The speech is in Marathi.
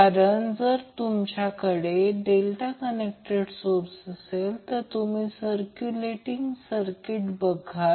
कारण जर तुमच्याकडे डेल्टा कनेक्टेड सोर्स असेल तर तुम्ही सर्क्युलेटिंग करंट बघाल